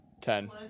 Ten